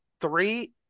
three